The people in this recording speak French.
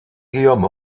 guillaume